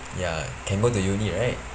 ya can go to uni right